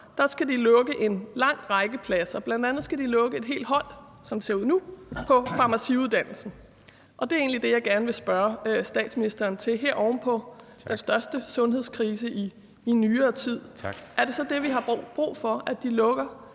– skal de lukke en lang række pladser; bl.a. skal de lukke et helt hold, som det ser ud nu, på farmaciuddannelsen, og det er egentlig det, jeg gerne vil spørge statsministeren til. Her oven på den største sundhedskrise i nyere tid er det så det, vi har brug for, altså at de lukker